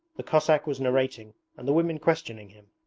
the cossack was narrating and the women questioning him.